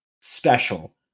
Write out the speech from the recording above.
special